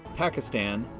pakistan,